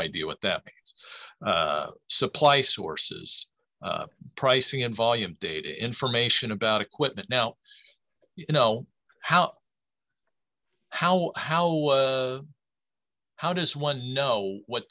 idea what that means supply sources pricing and volume data information about equipment now you know how how how how does one know what